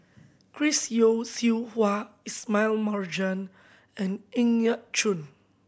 Chris Yeo Siew Hua Ismail Marjan and Ng Yat Chuan